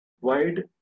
wide